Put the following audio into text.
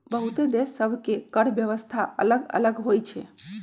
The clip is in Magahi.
बहुते देश सभ के कर व्यवस्था अल्लग अल्लग होई छै